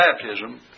baptism